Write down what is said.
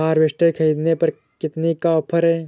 Harvester ख़रीदने पर कितनी का ऑफर है?